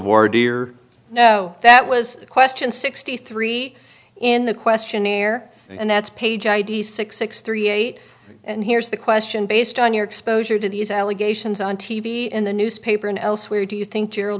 board dear no that was the question sixty three in the questionnaire and that's page id six six three eight and here's the question based on your exposure to these allegations on t v in the newspaper and elsewhere do you think